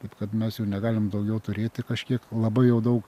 taip kad mes jų negalim daugiau turėti kažkiek labai jau daug